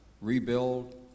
rebuild